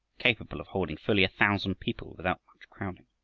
capable of holding fully a thousand people without much crowding.